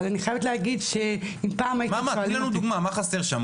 אבל אם פעם --- תני לנו דוגמה מה חסר שם,